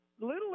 little